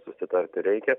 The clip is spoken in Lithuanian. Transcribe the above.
susitarti reikia